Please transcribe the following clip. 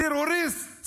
טרוריסט